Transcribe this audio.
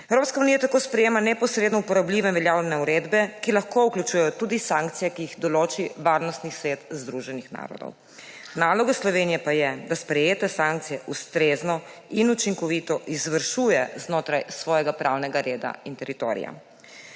Evropska unija tako sprejema neposredno uporabljive veljavne uredbe, ki lahko vključujejo tudi sankcije, ki jih določi Varnostni svet Združenih narodov. Naloga Slovenije pa je, da sprejete sankcije ustrezno in učinkovito izvršuje znotraj svojega pravnega reda in teritorija.